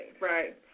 Right